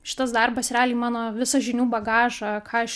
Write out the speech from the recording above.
šitas darbas realiai mano visą žinių bagažą ką aš